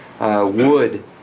wood